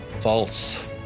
false